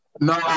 No